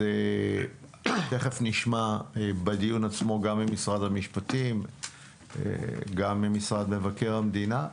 תיכף נשמע בדיון עצמו גם ממשרד המשפטים גם ממשרד מבקר המדינה.